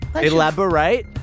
Elaborate